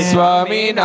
Swami